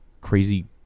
crazy